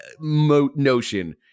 notion